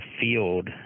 field